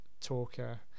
talker